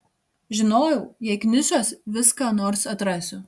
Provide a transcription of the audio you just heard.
žinojau jei knisiuos vis ką nors atrasiu